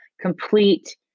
complete